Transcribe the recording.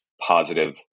positive